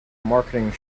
marketing